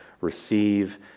receive